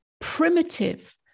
primitive